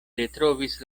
retrovis